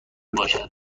باشد